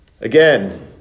Again